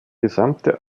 gesamte